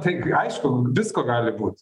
taigi aišku visko gali būt